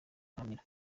nkamira